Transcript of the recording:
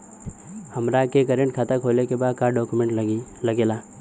हमारा के करेंट खाता खोले के बा का डॉक्यूमेंट लागेला?